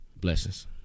Blessings